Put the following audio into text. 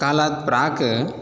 कालात् प्राक्